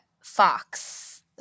fox